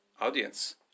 audience